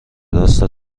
راست